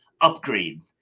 upgrade